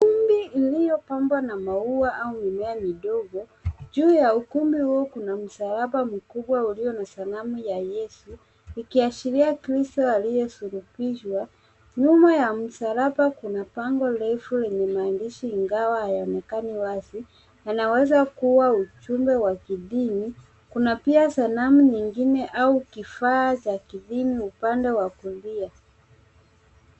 Kumbi iliyopambwa na maua au mimea midogo. Juu ya ukumbi huo kuna msalamba mkubwa iliyo na sanamu ya Yesu, ikiashiria kristo aliyesulubishwa. Nyuma ya msalaba kuna bango refu lenye maandishi ingawa hayaonekani wazi yanaweza kuwa ujumbe wa kidini. Kuna pia sanamu nyingine au kifaa za kidini upande wa kulia.